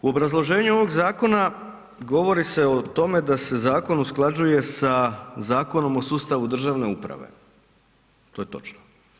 U obrazloženju ovog zakona govori se o tome da se zakonu usklađuje sa Zakonom o sustavu državne uprave, to je točno.